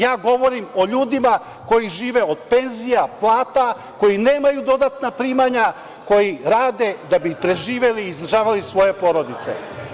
Ja govorim o ljudima koji žive od penzija, plata, koji nemaju dodatna primanja, koji rade da bi preživeli i izdržavali svoje porodice.